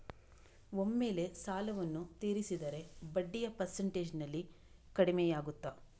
ಒಮ್ಮೆಲೇ ಸಾಲವನ್ನು ತೀರಿಸಿದರೆ ಬಡ್ಡಿಯ ಪರ್ಸೆಂಟೇಜ್ನಲ್ಲಿ ಕಡಿಮೆಯಾಗುತ್ತಾ?